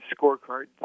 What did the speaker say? scorecard